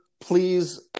please